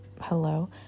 hello